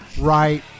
Right